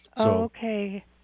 okay